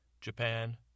Japan